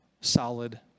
solid